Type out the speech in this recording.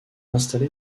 installé